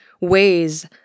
ways